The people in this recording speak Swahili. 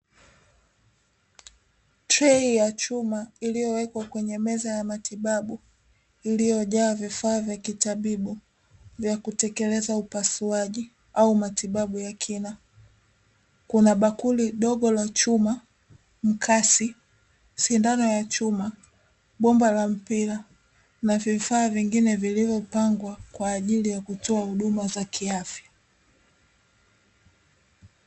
Trei ya chuma iliyowekwa kwenye meza ya matibabu iliyojaa vifaa vya kitabibu kutekeleza upasuaji au matibabu ya kina kuna bakuli dogo la chuma, mkasi, sindano ya chuma, bomba la mpira na vifaa vingine vilivyopangwa kwaajili ya kutoa huduma za kiafya.